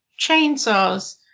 chainsaws